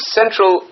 central